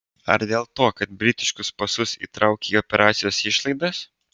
ar dėl to kad britiškus pasus įtraukei į operacijos išlaidas